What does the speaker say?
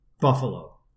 Buffalo